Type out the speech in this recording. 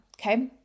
okay